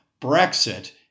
Brexit